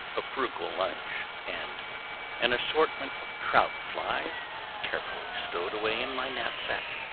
a frugal lunch, and an assortment of trout flies carefully stowed away in my knapsack,